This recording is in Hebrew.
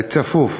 צפוף.